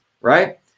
right